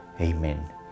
Amen